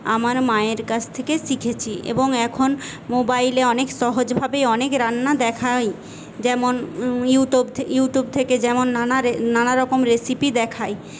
আমার মায়ের কাছ থেকে শিখেছি এবং এখন মোবাইলে অনেক সহজভাবেই অনেক রান্না দেখায় যেমন ইউটুব ইউটিউব থেকে যেমন নানা রে নানারকম রেসিপি দেখাই